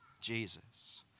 Jesus